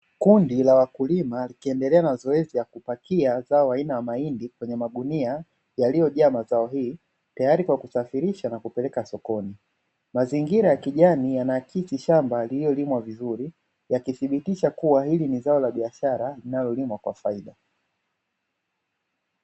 Kundi la wakulima likiendelea na zoezi la kupakia zao aina ya mahindi kwenye magunia yaliyojaa zao hili tayari kwa kusafirisha kupeleka sokoni. Mazingira ya kijani yanaakisi shamba lililolimwa vizuri yakithibitisha kuwa hili ni zao la biashara linalolimwa kwa faida.